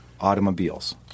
automobiles